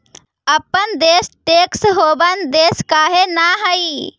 अपन देश tax haven देश काहे न हई?